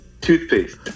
toothpaste